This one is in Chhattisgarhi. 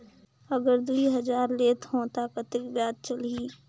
अगर दुई हजार लेत हो ता कतेक ब्याज चलही?